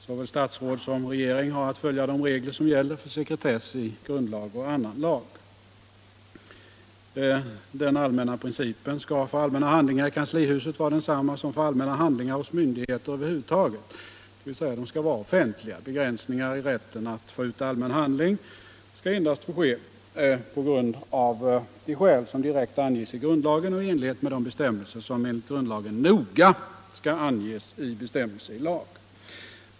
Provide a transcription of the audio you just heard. Såväl statsråd som regering har att följa de regler som gäller för sekretess i grundlagen och annan lag. Den allmänna principen för allmänna handlingar i kanslihuset skall vara densamma som för allmänna handlingar hos myndigheter över huvud taget, dvs. handlingarna skall vara offentliga. Begränsningar i rätten att få ut allmän handling skall endast få ske av de skäl som direkt anges i grundlagen och i enlighet med de bestämmelser som — såsom grundlagen säger — noga skall anges i lag.